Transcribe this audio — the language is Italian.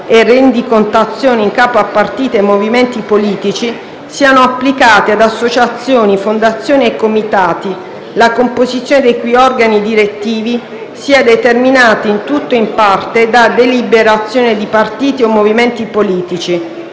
e rendicontazione in capo a partiti e movimenti politici siano applicati ad associazioni, fondazioni e comitati, la composizione dei cui organi direttivi sia determinata in tutto o in parte da deliberazione di partiti o movimenti politici,